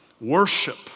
worship